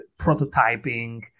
prototyping